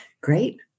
great